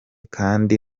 kandi